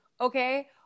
Okay